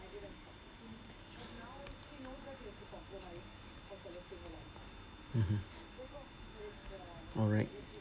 mmhmm hmm mm alright